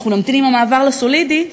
נמתין עם המעבר לסולידי,